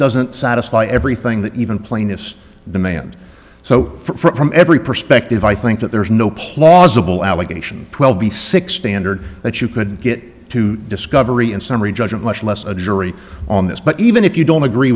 doesn't satisfy everything that even plaintiffs demand so for from every perspective i think that there is no plausible allegation twelve b six standard that you couldn't get to discovery in summary judgment much less a jury on this but even if you don't agree